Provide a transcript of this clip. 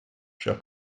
chers